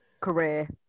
career